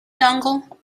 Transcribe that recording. dongle